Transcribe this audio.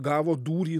gavo dūrį